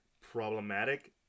problematic